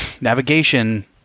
navigation